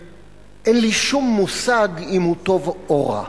שאין לי שום מושג אם הוא טוב או רע.